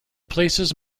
places